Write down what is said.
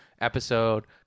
episode